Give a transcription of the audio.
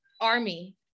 army